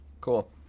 Cool